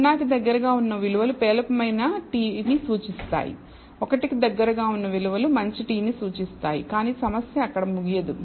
0 కి దగ్గరగా ఉన్న విలువలు పేలవమైన t ని సూచిస్తాయి 1 కి దగ్గరగా ఉన్న విలువలు మంచి t నీ సూచిస్తాయి కానీ సమస్య అక్కడ ముగియదు